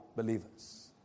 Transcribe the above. believers